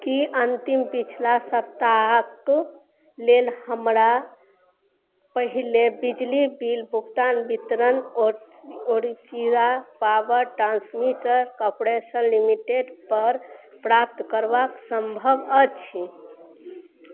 की अन्तिम पिछला सप्ताहक लेल हमरा पहिले बिजली बिल भुगतान वितरण ओडिशा पावर ट्रांसमिटर कॉर्पोरेशन लिमिटेडपर प्राप्त करबाक सम्भव अछि